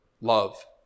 love